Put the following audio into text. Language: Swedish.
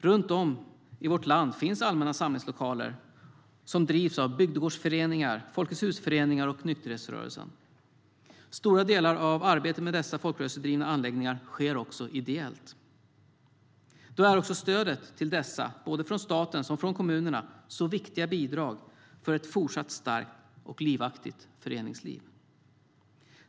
Runt om i vårt land finns allmänna samlingslokaler som drivs av bygdegårdsföreningar, Folkets Hus-föreningar och nykterhetsrörelsen. Stora delar av arbetet med dessa folkrörelsedrivna anläggningar sker ideellt. Då är också stödet till dessa både från staten och från kommunerna viktiga bidrag för ett fortsatt starkt och livaktigt föreningsliv.